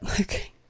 okay